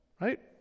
right